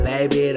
Baby